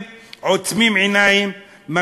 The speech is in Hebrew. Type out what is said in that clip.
אין לו עבודה, רבותי.